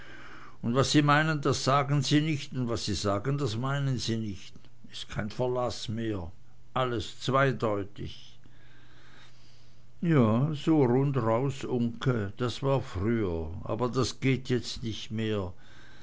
sie was sie meinen das sagen sie nich und was sie sagen das meinen sie nich is kein verlaß mehr alles zweideutig ja so rundraus uncke das war früher aber das geht jetzt nicht mehr